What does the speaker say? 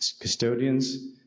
custodians